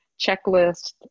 checklist